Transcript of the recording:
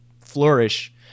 flourish